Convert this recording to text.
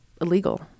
illegal